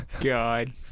God